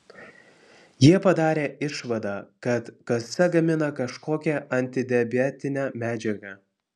jie padarė išvadą kad kasa gamina kažkokią antidiabetinę medžiagą